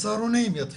מהצהרונים.